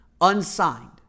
unsigned